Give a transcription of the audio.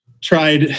tried